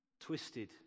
twisted